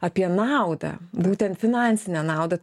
apie naudą būtent finansinę naudą